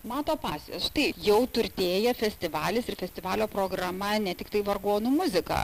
mato pasijos štai jau turtėja festivalis ir festivalio programa ne tiktai vargonų muzika